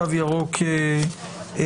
תו ירוק לעובדים.